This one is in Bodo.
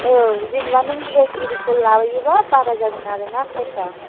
औ जेनेबा नों ड्रेस आरिखौ लायोब्ला बारा जागोन आरोना प्राइसआ